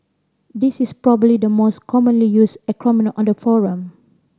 this is probably the most commonly used acronym on the forum